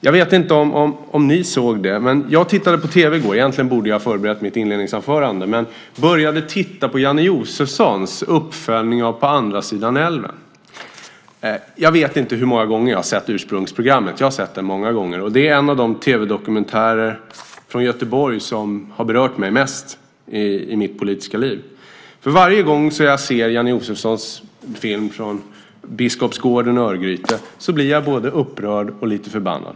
Jag vet inte om ni såg tv-programmet i går - egentligen borde jag ha förberett mitt inledningsanförande. I alla fall började jag titta på Janne Josefssons uppföljning av inslaget om på andra sidan älven. Jag vet inte hur många gånger jag har sett ursprungsprogrammet - det är många gånger. Det är en av de tv-dokumentärer från Göteborg som berört mig mest i mitt politiska liv. För varje gång jag ser Janne Josefssons film från Biskopsgården och Örgryte blir jag både upprörd och lite förbannad.